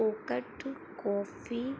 packet coffee